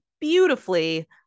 beautifully